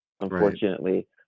Unfortunately